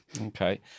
Okay